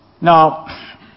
Now